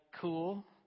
cool